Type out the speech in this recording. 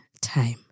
time